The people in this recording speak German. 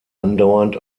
andauernd